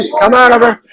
come out